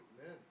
Amen